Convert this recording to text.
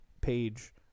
page